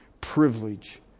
privilege